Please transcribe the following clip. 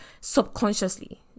subconsciously